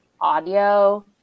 audio